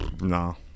no